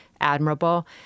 admirable